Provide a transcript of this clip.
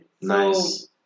Nice